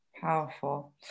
Powerful